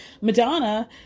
Madonna